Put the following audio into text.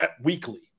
weekly